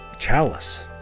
chalice